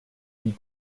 die